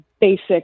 basic